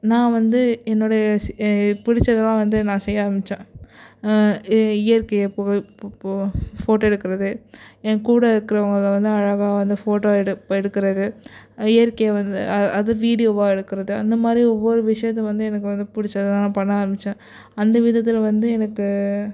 நான் வந்து என்னுடைய பிடிச்சதெல்லாம் வந்து நான் செய்ய ஆரம்பித்தேன் இயற்கையை ஃபோட்டோ எடுக்கிறது என்கூட இருக்கிறவங்கள வந்து அழகாக வந்து ஃபோட்டோ எடுப் எடுக்கிறது இயற்கையை வந்து அது வீடியோவாக எடுக்கிறது அந்தமாதிரி ஒவ்வொரு விஷயத்தை வந்து எனக்கு வந்து பிடிச்சதெல்லாம் பண்ண ஆரம்பித்தேன் அந்த விதத்தில் வந்து எனக்கு